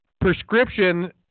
prescription